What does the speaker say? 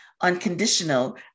unconditional